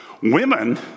Women